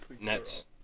Nets